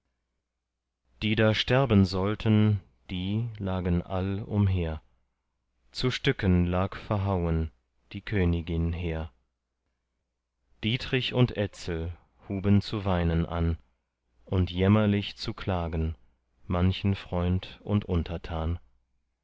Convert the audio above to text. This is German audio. die da sterben sollten die lagen all umher zu stücken lag verhauen die königin hehr dietrich und etzel huben zu weinen an und jämmerlich zu klagen manchen freund und untertan